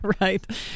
Right